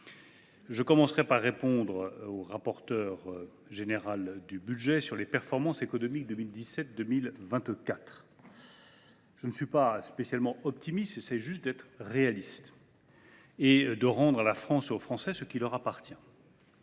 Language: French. Je commencerai par répondre au rapporteur général de la commission des finances sur les performances économiques 2017 2024. Je ne suis pas spécialement optimiste, j’essaie seulement d’être réaliste et de rendre à la France et aux Français ce qui leur appartient